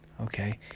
Okay